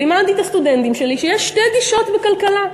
לימדתי את הסטודנטים שלי שיש שתי גישות בכלכלה: